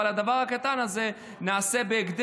אבל את הדבר הקטן הזה נעשה בהקדם,